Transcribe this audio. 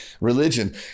religion